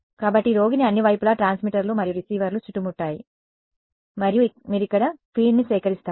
కాబట్టి రోగిని అన్ని వైపులా ట్రాన్స్మిటర్లు మరియు రిసీవర్లు చుట్టుముట్టారు మరియు మీరు ఇక్కడ ఫీల్డ్ని సేకరిస్తారు